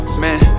man